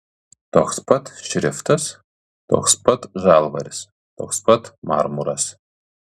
toks pat šriftas toks pat žalvaris toks pat marmuras